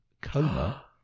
coma